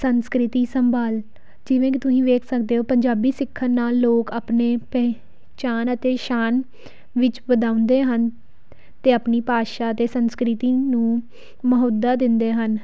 ਸੰਸਕ੍ਰਿਤੀ ਸੰਭਾਲ ਜਿਵੇਂ ਕਿ ਤੁਸੀਂ ਵੇਖ ਸਕਦੇ ਹੋ ਪੰਜਾਬੀ ਸਿੱਖਣ ਨਾਲ ਲੋਕ ਆਪਣੇ ਪਹਿਚਾਨ ਅਤੇ ਸ਼ਾਨ ਵਿੱਚ ਵਧਾਉਂਦੇ ਹਨ ਅਤੇ ਆਪਣੀ ਭਾਸ਼ਾ ਦੇ ਸੰਸਕ੍ਰਿਤੀ ਨੂੰ ਮਹੋਦਾ ਦਿੰਦੇ ਹਨ